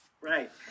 Right